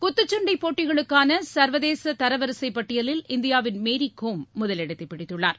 குத்துச்சண்டை போட்டிகளுக்கான சர்வதேச தரவரிசை பட்டியிலில் இந்தியாவின் மேரிகோம் முதலிடத்தை பிடித்துள்ளார்